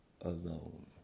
alone